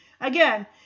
again